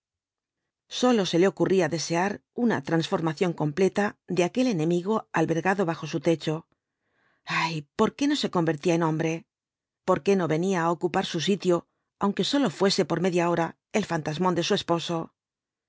sólo se le ocurría desear una transformación completa de aquel enemigo albergado bajo su techo ay por qué no se convertía en hombre por qué no venía á ocupar su sitio aunque sólo fuese por media hora el fantasmón de su esposo